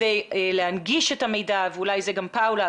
גם כדי להנגיש את המידע ואולי זו פאולה,